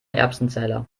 erbsenzähler